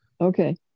Okay